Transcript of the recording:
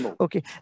Okay